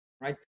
right